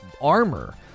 armor